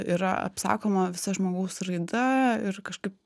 yra apsakoma visa žmogaus raida ir kažkaip